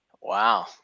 Wow